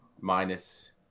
minus